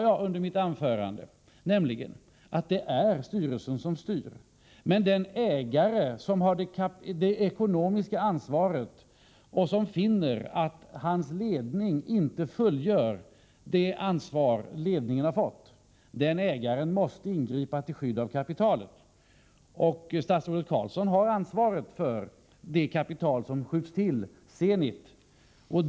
Jag sade i mitt anförande att det ju är styrelsen som styr men att ägaren, som har det ekonomiska ansvaret, om han finner att ledningen inte fullgör det ansvar den fått måste ingripa till skydd av kapitalet. Statsrådet Carlsson har ansvaret för det kapital som tillskjuts till Zenit.